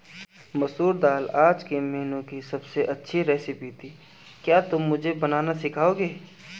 मसूर दाल आज के मेनू की अबसे अच्छी रेसिपी थी क्या तुम मुझे बनाना सिखाओंगे?